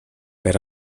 per